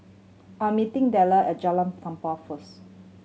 I'm meeting Dellar at Jalan Tampang first